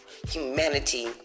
Humanity